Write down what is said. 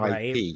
ip